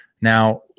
Now